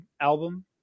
album